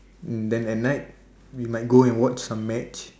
mm then at night we might go and watch some match